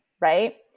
right